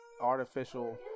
artificial